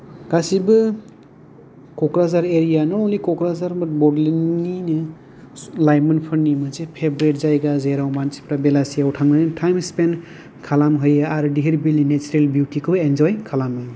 गासैबो Kokrajhar area not only Kokrajhar but बड'लेण्डनिनो लाइमोनफोरनि मोनसे फेभ्रेट जायगा जेराव मानसिफोरा बेलासियाव थांनानै 'टाइम स्पेन्ड खालामहैयो आरो धिर बिलनि नेचरेल बिउटिखौ एन्जय खालामो